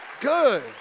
good